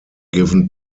given